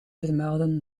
vermelden